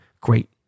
great